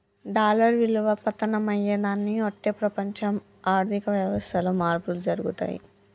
dollar విలువ పతనం అయ్యేదాన్ని బట్టే ప్రపంచ ఆర్ధిక వ్యవస్థలో మార్పులు జరుగుతయి